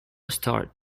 start